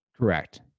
correct